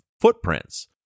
footprints